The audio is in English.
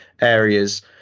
areas